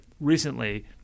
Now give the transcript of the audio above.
recently